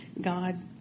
God